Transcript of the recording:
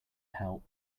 help